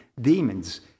demons